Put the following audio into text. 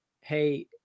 hey